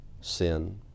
Sin